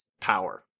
power